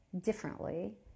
differently